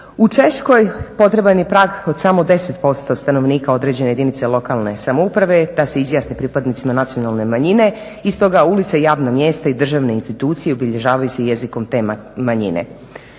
U Češkoj potreban je prag od samo 10% stanovnika određene jedinice lokalne samouprave da se izjasni pripadnicima nacionalne manjine i stoga ulice i javna mjesta i državne institucije obilježavaju se jezikom te manjine.